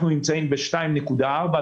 אנחנו ב-2.4%.